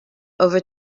over